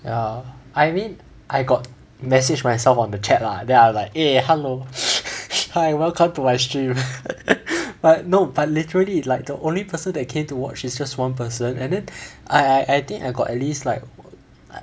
ya I mean I got message myself on the chat lah then I was like eh hello hi welcome to my stream but no but literally like the only person that came to watch is just one person and then I I I think I got at least like like